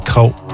Cult